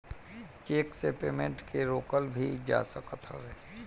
check से payment के रोकल भी जा सकत हवे